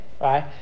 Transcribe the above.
right